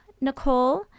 Nicole